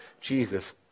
Jesus